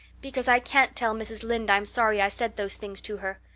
because i can't tell mrs. lynde i'm sorry i said those things to her.